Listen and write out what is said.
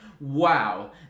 wow